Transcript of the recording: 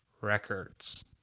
records